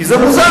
כי זה מוזר.